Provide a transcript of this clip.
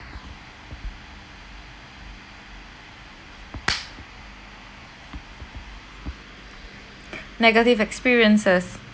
negative experiences